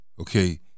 okay